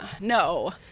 No